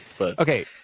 Okay